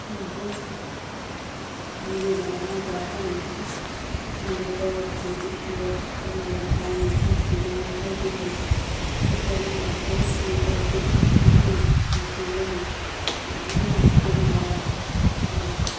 مجھے بنانا تو آتا نہیں تھا میرے پڑوس کے کچھ لوگ اور میرے بھائی نے ان چیزوں میں ہیلپ کی جو تھوڑی بہت ہیلپ کی اور خود ہی ان چیزوں میں کو بنایا اور